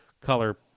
color